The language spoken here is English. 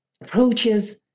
approaches